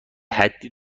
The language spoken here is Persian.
حدی